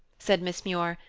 said miss muir,